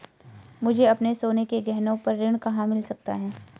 मुझे अपने सोने के गहनों पर ऋण कहाँ मिल सकता है?